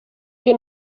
che